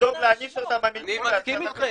צריך גם לדאוג להעניש אותם במקרים --- אני מסכים איתכם,